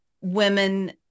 women